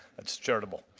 that is charitable.